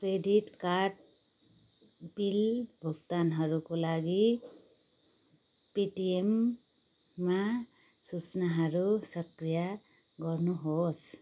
credit card bill भुक्तानहरूको लागि पेटिएममा सूचनाहरू सक्रिय गर्नुहोस्